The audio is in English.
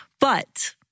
But-